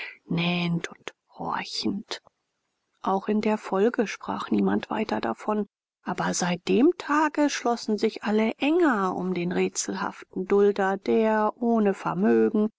nähend und horchend auch in der folge sprach niemand weiter davon aber seit dem tage schlossen sich alle enger um den rätselhaften dulder der ohne vermögen